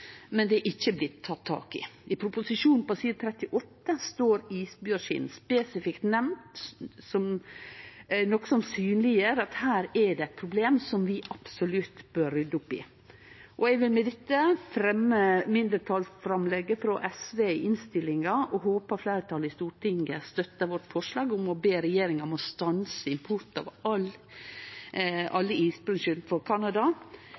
men det er ikkje blitt teke tak i. I proposisjonen på side 38 står isbjørnskinn spesifikt nemnt, noko som synleggjer at her er det eit problem som vi absolutt bør rydde opp i. Eg vil med dette fremje mindretalsforslaget frå SV i innstillinga og håpar at fleirtalet i Stortinget støttar vårt forslag om å be regjeringa stanse import av